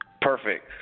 Perfect